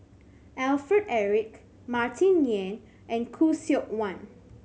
Alfred Eric Martin Yan and Khoo Seok Wan